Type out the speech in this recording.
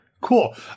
cool